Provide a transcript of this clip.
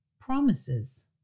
promises